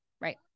right